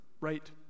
right